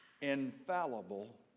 infallible